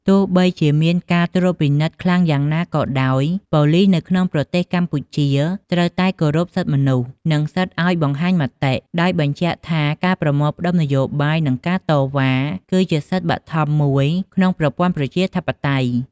ទោះបីជាមានការត្រួតពិនិត្យខ្លាំងយ៉ាងណាក៏ដោយ ប៉ូលីសនៅក្នុងប្រទេសកម្ពុជា ត្រូវតែគោរពសិទ្ធិមនុស្ស និងសិទ្ធិឲ្យបង្ហាញមតិ ដោយបញ្ជាក់ថាការប្រមូលផ្តុំនយោបាយ និងការតវ៉ា គឺជាសិទ្ធិបឋមមួយក្នុងប្រព័ន្ធប្រជាធិបតេយ្យ។